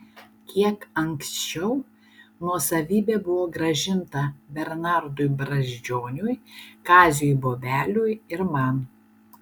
kiek anksčiau nuosavybė buvo grąžinta bernardui brazdžioniui kaziui bobeliui ir man